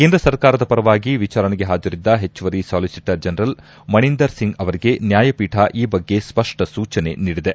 ಕೇಂದ್ರ ಸರ್ಕಾರದ ಪರವಾಗಿ ವಿಚಾರಣೆಗೆ ಹಾಜರಿದ್ದ ಹೆಚ್ಚುವರಿ ಸಾಲಿಸಿಟರ್ ಜನರಲ್ ಮಣೆಂದರ್ ಸಿಂಗ್ ಅವರಿಗೆ ನ್ಯಾಯಪೀಠ ಈ ಬಗ್ಗೆ ಸ್ವಪ್ನ ಸೂಚನೆ ನೀಡಿದೆ